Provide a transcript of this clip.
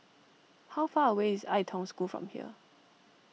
how far away is Ai Tong School from here